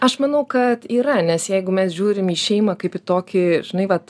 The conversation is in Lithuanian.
aš manau kad yra nes jeigu mes žiūrim į šeimą kaip į tokį žinai vat